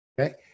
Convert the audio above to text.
Okay